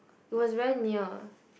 it was very near